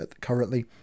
currently